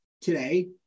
today